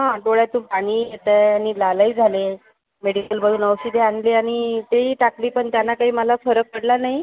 हा डोळ्यांतून पाणीही येत आहे आणि लालही झाले आहेत मेडिकलमधून औषधे आणली आणि तेही टाकली पण त्यानं काही मला फरक पडला नाही